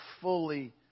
fully